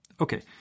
Okay